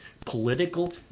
political